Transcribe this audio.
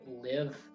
live